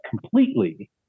completely